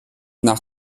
nach